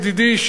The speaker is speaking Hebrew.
ידידי,